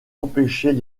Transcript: empêcher